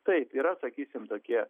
taip yra sakysim tokie